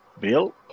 Bill